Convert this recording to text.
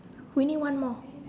we need one more